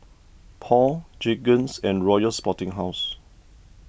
Paul Jergens and Royals Sporting House